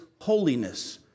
holiness